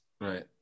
right